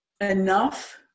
enough